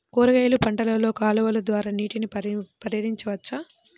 కూరగాయలు పంటలలో కాలువలు ద్వారా నీటిని పరించవచ్చా?